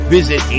Visit